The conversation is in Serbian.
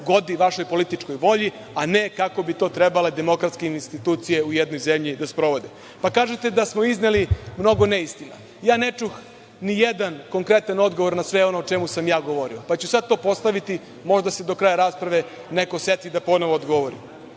godi vašoj političkoj volji, a ne kako bi to trebale demokratske institucije u jednoj zemlji da sprovode. Kažete da smo izneli mnogo neistina. Ne čuh ni jedan konkretan odgovor na sve ono o čemu sam ja govorio. Sada ću to postaviti, možda se do kraja rasprave neko seti da ponovo odgovori. Pitao